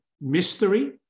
Mystery